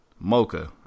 mocha